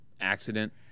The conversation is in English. accident